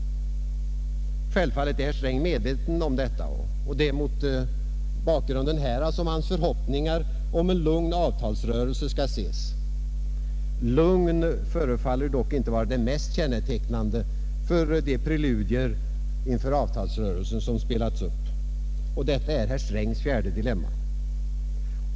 Självfallet är herr Sträng medveten om detta, och det är mot bakgrunden härav som hans förhoppningar om en lugn avtalsrörelse skall ses. Lugn förefaller dock inte att vara det mest kännetecknande för de preludier som spelats upp inför avtalsrörelsen. Detta är herr Strängs fjärde dilemma.